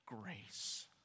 grace